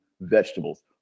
vegetables